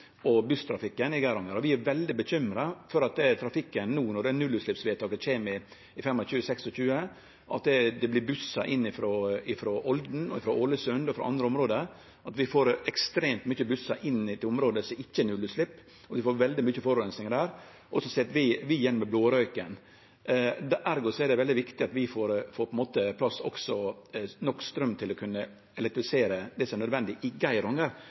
og busstrafikken i Geiranger. Vi er veldig bekymra for trafikken når nullutsleppsvedtaket kjem i 2025–2026, for at det kjem bussar inn frå Olden og Ålesund og andre område, og at vi får ekstremt mykje bussar som ikkje er nullutslepp, inn i området og får veldig mykje forureining der, og så sit vi igjen med blårøyken. Ergo er det veldig viktig at vi også får på plass nok straum til å kunne elektrifisere det som er nødvendig i Geiranger